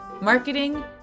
Marketing